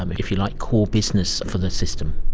um if you like, core business for the system.